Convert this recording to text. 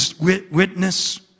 witness